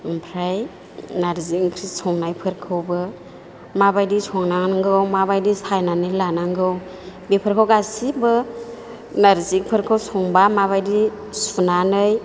ओमफ्राय नारजि ओंख्रि संनायफोरखौबो माबायदि संनांगौ माबायदि सायनानै लानांगौ बेफोरखौ गासैबो नारजिफोरखौ संबा माबायदि सुनानै